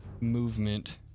movement